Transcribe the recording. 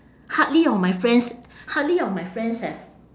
hardly of my friends hardly of my friends have